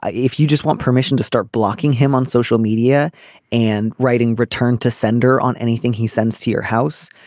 ah if you just want permission to start blocking him on social media and writing return to sender on anything he sends to your house.